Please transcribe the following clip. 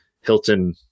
Hilton